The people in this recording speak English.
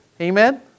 Amen